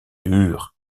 duur